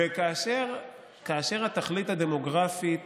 כאשר התכלית הדמוגרפית